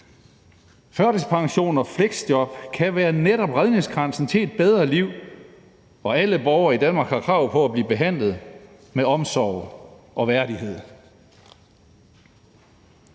Førtidspension og fleksjob kan netop være redningskransen til et bedre liv, og alle borgere i Danmark har krav på at blive behandlet med omsorg og værdighed.